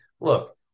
Look